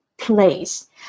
Place